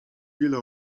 wiele